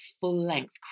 full-length